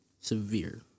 severe